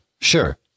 sure